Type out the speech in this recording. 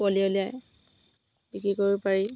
পোৱালি উলিয়াই বিক্ৰী কৰিব পাৰি